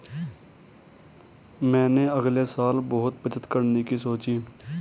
मैंने अगले साल बहुत बचत करने की सोची है